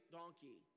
donkey